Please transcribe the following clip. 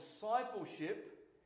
discipleship